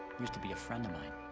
used to be a friend of mine.